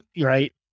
Right